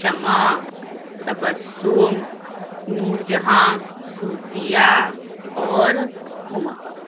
شمع تبسم نور جہاں صوفیہ اور ہما